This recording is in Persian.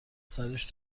سرش